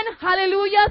Hallelujah